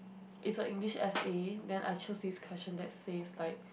is like this S_A then I choose this question that says like